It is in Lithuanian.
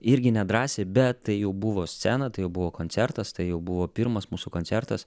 irgi nedrąsiai bet tai jau buvo scena tai buvo koncertas tai jau buvo pirmas mūsų koncertas